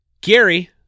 Gary